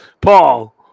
Paul